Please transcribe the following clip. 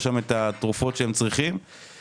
את התרופות שהם צריכים זה דבר שאנחנו לא יכולים לאפשר.